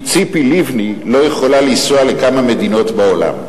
כי ציפי לבני לא יכולה לנסוע לכמה מדינות בעולם.